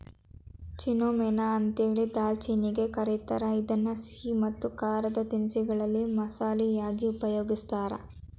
cinnamon ಅಂತೇಳಿ ದಾಲ್ಚಿನ್ನಿಗೆ ಕರೇತಾರ, ಇದನ್ನ ಸಿಹಿ ಮತ್ತ ಖಾರದ ತಿನಿಸಗಳಲ್ಲಿ ಮಸಾಲಿ ಯಾಗಿ ಉಪಯೋಗಸ್ತಾರ